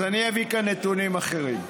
אז אני אביא כאן נתונים אחרים.